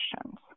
questions